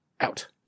Out